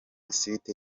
site